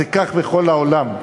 זה כך בכל העולם,